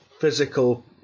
physical